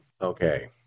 Okay